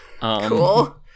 Cool